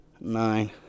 nine